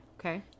Okay